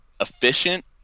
efficient